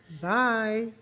Bye